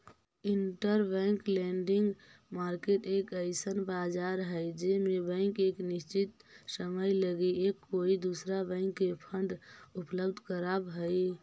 interbank lending market एक अइसन बाजार हई जे में बैंक एक निश्चित समय लगी एक कोई दूसरा बैंक के फंड उपलब्ध कराव हई